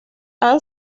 han